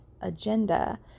agenda